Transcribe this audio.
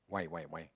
why why why